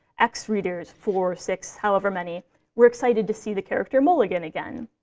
x readers four, six, however many were excited to see the character mulligan again.